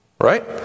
Right